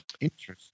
interesting